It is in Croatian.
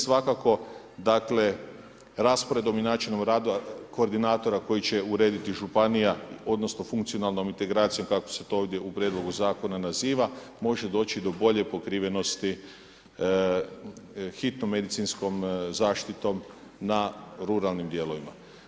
Svakako, dakle, rasporedom i načinom rada koordinatora koji će urediti županija odnosno funkcionalnom integracijom kako se to ovdje u prijedlogu zakona naziva, može doći do bolje pokrivenosti hitnom medicinskom zaštitom na ruralnim dijelovima.